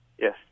Yes